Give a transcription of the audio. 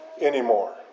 anymore